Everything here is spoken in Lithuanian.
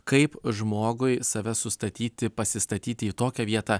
kaip žmogui save sustatyti pasistatyti į tokią vietą